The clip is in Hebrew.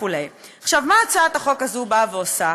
מה הצעת החוק הזאת באה ועושה?